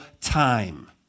time